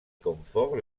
confort